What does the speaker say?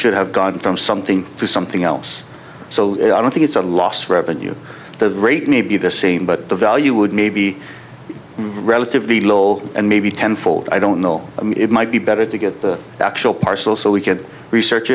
should have gone from something to something else so i don't think it's a lost revenue the rate may be the same but the value would maybe be relatively low and maybe ten fold i don't know it might be better to get the actual parcel so we can research